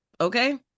okay